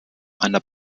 einer